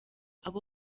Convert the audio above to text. abo